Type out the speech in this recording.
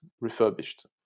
refurbished